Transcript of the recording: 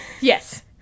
Yes